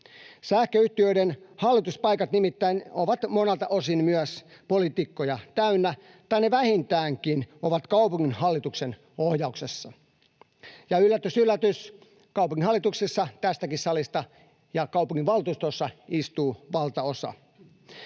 Sähköyhtiöiden hallituspaikat nimittäin ovat monelta osin myös poliitikkoja täynnä, tai vähintäänkin ne ovat kaupunginhallituksen ohjauksessa. Ja yllätys yllätys: kaupunginhallituksissa ja kaupunginvaltuustoissa tästäkin salista